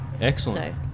Excellent